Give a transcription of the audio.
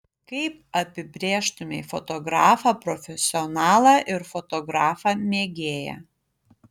kaip apibrėžtumei fotografą profesionalą ir fotografą mėgėją